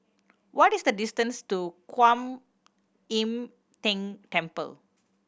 what is the distance to Kuan Im Tng Temple